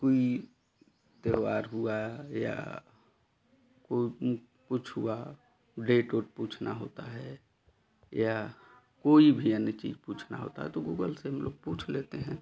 कोई त्यौहार हुआ या कोई कुछ हुआ डेट ओट पूछना होता है या कोई भी अन्य चीज़ पूछना होता है तो गूगल से हम लोग पूछ लेते हैं